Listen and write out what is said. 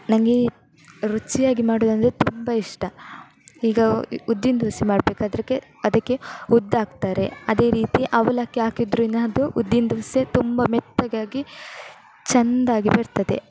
ನನಗೆ ರುಚಿಯಾಗಿ ಮಾಡೋದೆಂದ್ರೆ ತುಂಬ ಇಷ್ಟ ಈಗ ಉದ್ದಿನ ದೋಸೆ ಮಾಡ್ಬೇಕಾದ್ರಕೆ ಅದಕ್ಕೆ ಉದ್ದಾಕ್ತಾರೆ ಅದೇ ರೀತಿ ಅವಲಕ್ಕಿ ಹಾಕಿದರೂನು ಅದು ಉದ್ದಿನ ದೋಸೆ ತುಂಬ ಮೆತ್ತಗಾಗಿ ಚೆಂದಾಗಿ ಬರ್ತದೆ